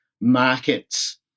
markets